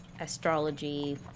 astrology